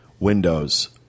Windows